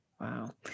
Wow